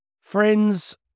friends